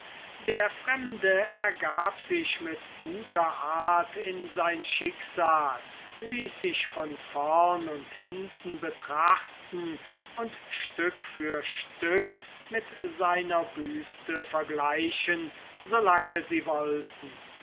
der fremde ergab sich mit guter art in sein schicksal ließ sich von vorn und hinten betrachten und stück vor stück mit seiner büste vergleichen so lange sie wollten